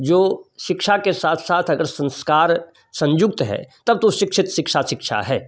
जो शिक्षा के साथ साथ अगर संस्कार संयुक्त है तब तो शिक्षित शिक्षा शिक्षा है